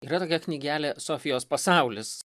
yra tokia knygelė sofijos pasaulis